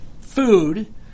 food